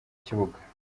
kibuga